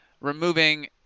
removing